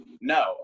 no